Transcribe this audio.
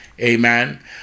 Amen